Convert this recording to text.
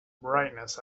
brightness